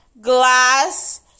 glass